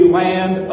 land